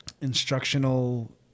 instructional